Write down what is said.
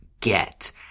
get